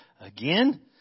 Again